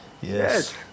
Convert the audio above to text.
Yes